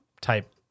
type